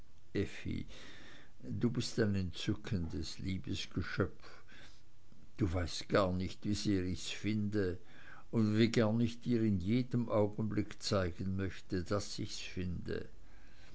du bist ein entzückendes liebes geschöpf du weißt gar nicht wie sehr ich's finde und wie gern ich dir in jedem augenblick zeigen möchte daß ich's finde